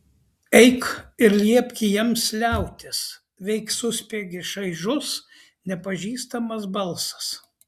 eik ir liepk jiems liautis veik suspiegė čaižus nepažįstamas balsas